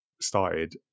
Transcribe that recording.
started